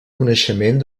coneixement